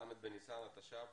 ל' בניסן התש"ף.